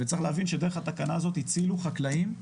וצריך להבין שדרך התקנה הזו הצילו חקלאים,